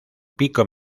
pico